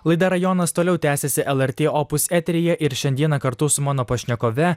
laida rajonas toliau tęsiasi lrt opus eteryje ir šiandieną kartu su mano pašnekove